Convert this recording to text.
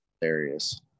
hilarious